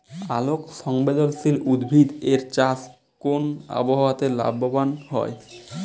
আলোক সংবেদশীল উদ্ভিদ এর চাষ কোন আবহাওয়াতে লাভবান হয়?